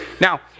Now